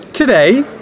today